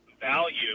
value